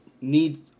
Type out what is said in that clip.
need